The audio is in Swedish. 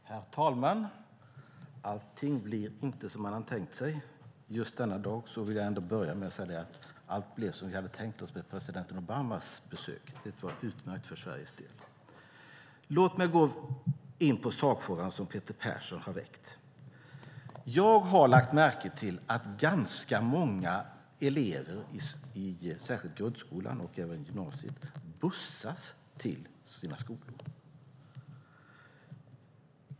Herr talman! Allting blir inte som man hade tänkt sig. Just denna dag vill jag ändå börja med att säga att allt blev som vi hade tänkt oss med president Obamas besök. Det var utmärkt för Sveriges del. Låt mig gå in på sakfrågan, som Peter Persson har väckt. Jag har lagt märke till att ganska många elever, särskilt i grundskolan men även i gymnasiet, bussas till sina skolor.